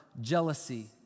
jealousy